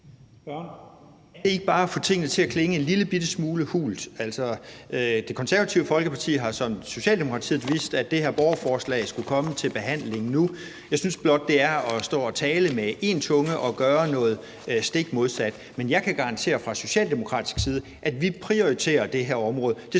Det får bare tingene til at klinge en lillebitte smule hult. Det Konservative Folkeparti har ligesom Socialdemokratiet vidst, at det her borgerforslag skulle komme til behandling nu. Jeg synes blot, at det er at stå og sige ét og så gøre det stik modsatte. Men jeg kan garantere, at vi fra socialdemokratisk side prioriterer det her område.